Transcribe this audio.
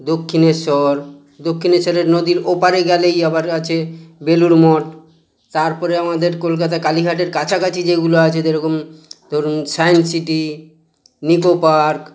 দক্ষিণেশ্বর দক্ষিণেশ্বরের নদীর ওপারে গেলেই আবার আছে বেলুড় মঠ তারপরে আমাদের কলকাতায় কালীঘাটের কাছাকাছি যেগুলো আছে যেরকম ধরুন সাইন্সসিটি নিকো পার্ক